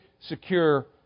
secure